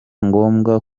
ngombwa